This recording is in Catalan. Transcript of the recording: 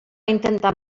intentar